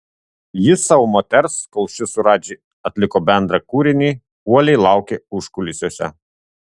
jis savo moters kol ši su radži atliko bendrą kūrinį uoliai laukė užkulisiuose